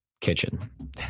kitchen